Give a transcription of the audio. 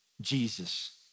jesus